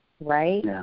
right